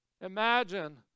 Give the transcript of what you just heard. Imagine